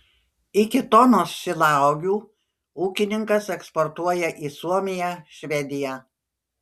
iki tonos šilauogių ūkininkas eksportuoja į suomiją švediją